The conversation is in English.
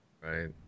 Right